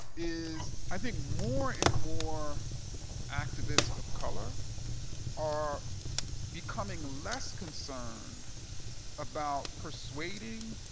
is i think more and more activists of color are becoming less concerned about persuading,